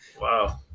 Wow